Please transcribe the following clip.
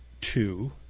two